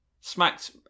Smacked